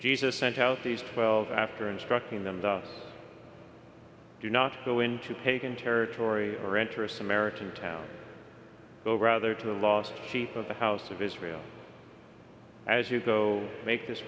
twelve after instructing them do not go into pagan territory or interest american town go rather to the lost sheep of the house of israel as you go make this